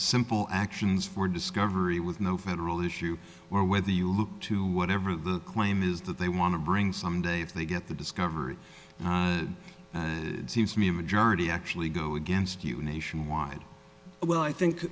simple actions for discovery with no federal issue or whether you look to whatever the claim is that they want to bring someday if they get the discovery seems to me a majority actually go against you nationwide well i think